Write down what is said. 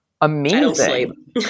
Amazing